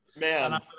man